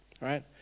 right